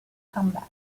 combat